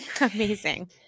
Amazing